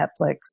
Netflix